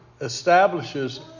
establishes